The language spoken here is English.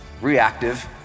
reactive